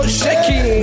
shaking